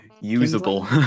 Usable